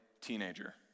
teenager